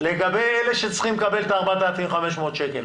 לגבי אלה שצריכים לקבל את ה-4,500 שקל.